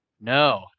no